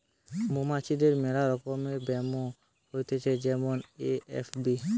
মৌমাছিদের মেলা রকমের ব্যামো হয়েটে যেমন এ.এফ.বি